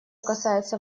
касается